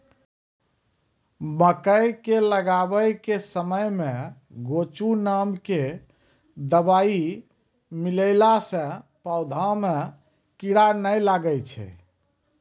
मकई के लगाबै के समय मे गोचु नाम के दवाई मिलैला से पौधा मे कीड़ा नैय लागै छै?